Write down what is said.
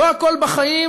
לא הכול בחיים